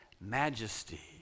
majesty